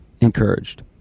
encouraged